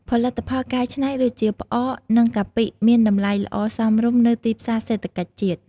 ផលិតផលកែច្នៃដូចជា ផ្អក និងកាពិមានតំលៃល្អសមរម្យនៅទីផ្សាសេដ្ឋកិច្ចជាតិ។